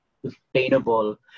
Sustainable